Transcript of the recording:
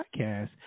podcast